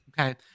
okay